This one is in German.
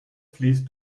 fließt